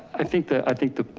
i think that i think the.